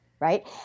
right